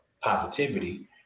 positivity